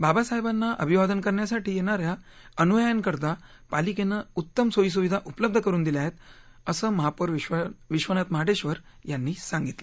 बाबासाहेबांना अभिवादन करण्यासाठी येणाऱ्या अनुयायांकरता पलिकेनं उत्तम सोयी सुविधा उपलब्ध करुन दिल्या आहेत असं महापौर विश्वनाथ महाडेश्वर यांनी सांगितलं